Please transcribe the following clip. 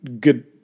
good